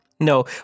No